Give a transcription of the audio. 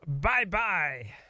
Bye-bye